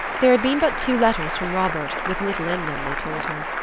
there had been but two letters from robert, with little in them, they told her.